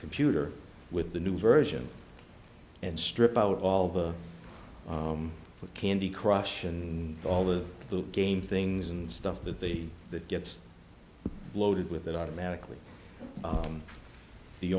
computer with the new version and strip out all the candy crush and all of the game things and stuff that the that gets loaded with it automatically